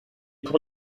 pour